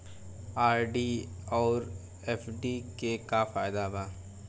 RD आउर FD के का फायदा बा?